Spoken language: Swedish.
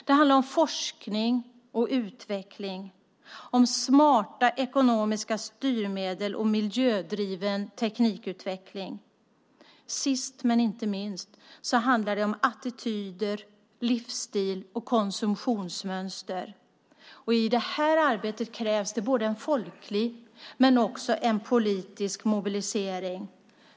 Det handlar om forskning och utveckling, om smarta ekonomiska styrmedel och miljödriven teknikutveckling. Sist men inte minst handlar det om attityder, livsstil och konsumtionsmönster. I detta arbete krävs det både en folklig och en politisk mobilisering.